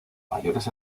mayores